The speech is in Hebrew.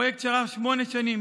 פרויקט שארך שמונה שנים,